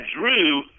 drew